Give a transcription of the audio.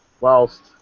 whilst